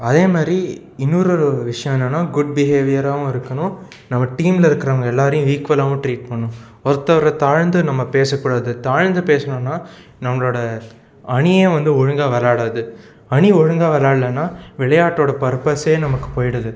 அதே மாதிரி இன்னொரு ஒரு விஷயம் என்னென்னா குட் பிகேவியராவும் இருக்கணும் நம்ம டீமில் இருக்கிறவங்க எல்லாரையும் ஈக்குவலாவும் ட்ரீட் பண்ணணும் ஒருத்தரை தாழ்ந்து நம்ம பேச கூடாது தாழ்ந்து பேசுனோம்னா நம்ளோடய அணியே வந்து ஒழுங்காக விளாடாது அணி ஒழுங்காக விளாட்லன்னா விளையாட்டோட பர்ப்பஸே நமக்கு போயிடுது